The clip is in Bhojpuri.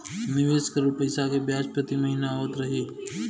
निवेश करल पैसा के ब्याज प्रति महीना आवत रही?